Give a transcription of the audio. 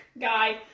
guy